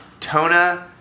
Tona